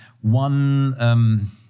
one